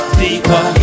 deeper